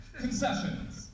concessions